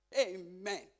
Amen